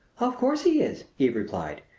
of course he is! eve replied.